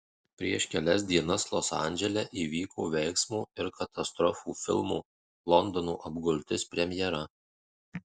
prieš kelias dienas los andžele įvyko veiksmo ir katastrofų filmo londono apgultis premjera